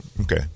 okay